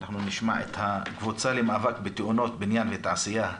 אנחנו נשמע את הקבוצה למאבק בתאונות בניין ותעשייה,